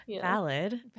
valid